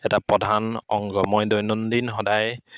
এটা প্ৰধান অংগ মই দৈনন্দিন সদায়